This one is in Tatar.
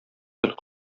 хәл